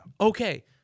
Okay